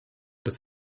das